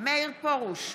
מאיר פרוש,